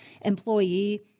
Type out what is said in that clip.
employee